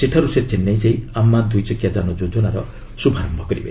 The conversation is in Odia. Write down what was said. ସେଠାରୁ ସେ ଚେନ୍ନାଇ ଯାଇ ଆମ୍ମା ଦୁଇଚକିଆ ଯାନ ଯୋଜନାର ଶୁଭାରମ୍ଭ କରିବେ